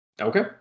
Okay